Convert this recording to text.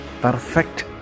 Perfect